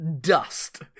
dust